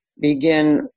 Begin